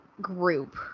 group